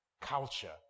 culture